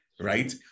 right